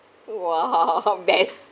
!wah! haha hot best